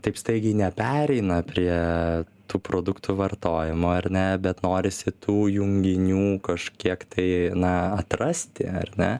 taip staigiai nepereina prie tų produktų vartojimo ar ne bet norisi tų junginių kažkiek tai na atrasti ar ne